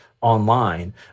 online